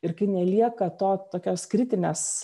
ir kai nelieka to tokios kritinės